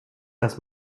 das